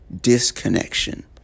disconnection